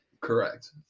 correct